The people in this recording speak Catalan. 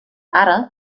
ara